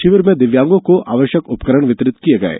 शिविर में दिव्यांगोँ को आवश्यक उपकरण वितरित किये गये